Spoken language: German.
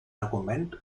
argument